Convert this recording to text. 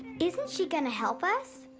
isn't she gonna to help us?